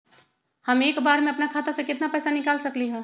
हम एक बार में अपना खाता से केतना पैसा निकाल सकली ह?